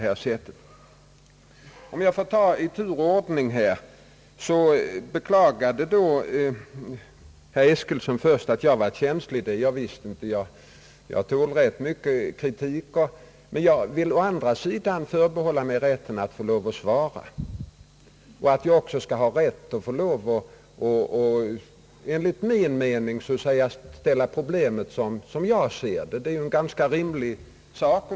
Herr Eskilsson beklagade först att jag var så känslig. Det är jag visst inte; jag tål rätt mycket kritik. Men jag vill å andra sidan förbehålla mig rätten att svara och att ställa problemet som jag ser det. Det är ju ganska rimligt.